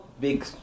big